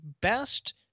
best